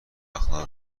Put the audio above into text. اخلاق